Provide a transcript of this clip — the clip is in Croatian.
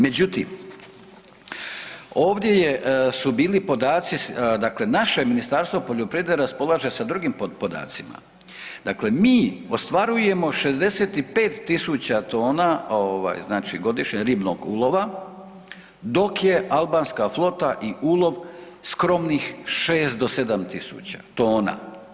Međutim, ovdje su bili podaci dakle naše Ministarstvo poljoprivrede raspolaže sa drugim podacima, dakle mi ostvarujemo 65.000 tona godišnje ribnog ulova, dok je albanska flota i ulov skromnih 6 do 7.000 tona.